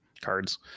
cards